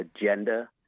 agenda